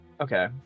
Okay